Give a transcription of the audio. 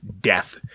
death